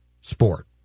sport